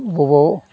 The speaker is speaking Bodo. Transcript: बबाव